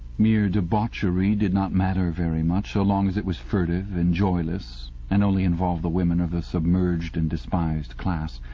mere debauchery did not matter very much, so long as it was furtive and joyless and only involved the women of a submerged and despised class.